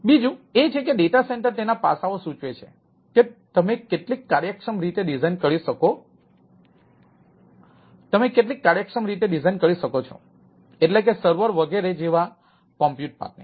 બીજું એ છે કે ડેટા સેન્ટર તેના પાસાઓ સૂચવે છે કે તમે કેટલી કાર્યક્ષમ રીતે ડિઝાઇન કરી શકો છો એટલે કે સર્વર વગેરે જેવા કોમ્પ્યુટ પાર્ટ ને